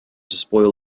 spoil